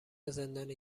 زندانی